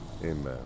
Amen